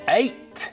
eight